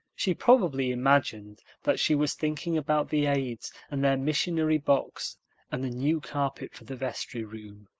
she probably imagined that she was thinking about the aids and their missionary box and the new carpet for the vestry room,